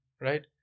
right